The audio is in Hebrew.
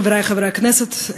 חברי חברי הכנסת,